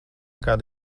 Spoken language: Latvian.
kāda